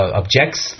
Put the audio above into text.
objects